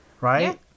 right